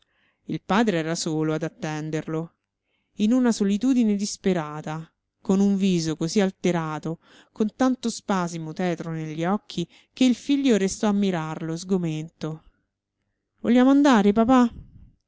il padre era solo ad attenderlo in una solitudine disperata con un viso così alterato con tanto spasimo tetro negli occhi che il figlio restò a mirarlo sgomento vogliamo andare papà